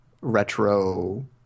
retro